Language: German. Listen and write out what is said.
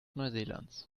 neuseelands